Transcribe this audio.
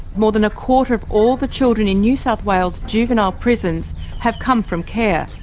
more than a quarter of all the children in new south wales juvenile prisons have come from care.